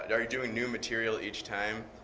yeah are you doing new material each time?